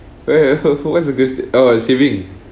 where I heard from what's the question orh it's saving